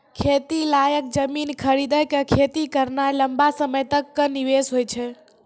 खेती लायक जमीन खरीदी कॅ खेती करना लंबा समय तक कॅ निवेश होय छै